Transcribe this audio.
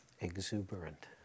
exuberant